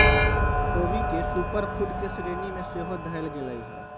ख़ोबी के superfood के श्रेणी में सेहो धयल गेलइ ह